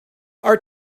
are